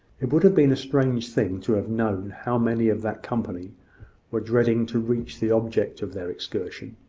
it would have been a strange thing to have known how many of that company were dreading to reach the object of their excursion.